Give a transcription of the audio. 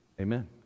Amen